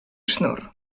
sznur